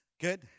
Good